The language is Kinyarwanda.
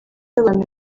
abantu